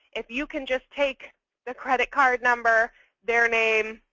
if you can just take the credit card number their name,